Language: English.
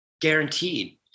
guaranteed